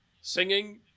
singing